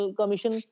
commission